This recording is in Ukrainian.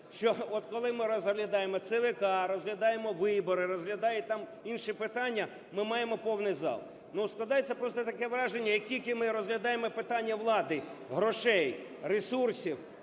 коли ми розглядаємо ЦВК, розглядаємо вибори, розглядають там інші питання, ми маємо повний зал. Ну, складається просто таке враження, як тільки ми розглядаємо питання влади, грошей, ресурсів,